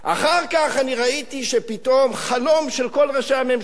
אחר כך אני ראיתי שפתאום החלום של כל ראשי הממשלה